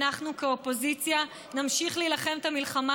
אנחנו כאופוזיציה נמשיך להילחם את המלחמה